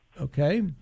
Okay